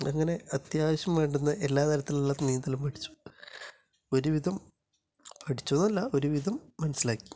അങ്ങനെ അത്യാവശ്യം വേണ്ടുന്ന എല്ലാ തരത്തിലുള്ള നീന്തലും പഠിച്ചു ഒരുവിധം പഠിച്ചു എന്നല്ല ഒരുവിധം മനസ്സിലാക്കി